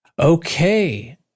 Okay